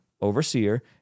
overseer